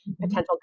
potential